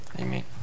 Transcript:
Amen